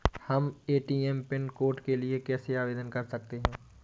हम ATM pin code के लिए कैसे आवेदन कर सकते हैं?